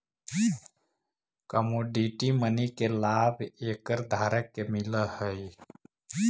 commodity money के लाभ एकर धारक के मिलऽ हई